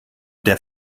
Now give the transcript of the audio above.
der